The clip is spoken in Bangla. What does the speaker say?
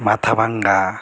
মাথাভাঙা